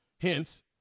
Hence